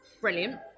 brilliant